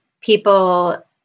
people